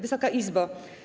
Wysoka Izbo!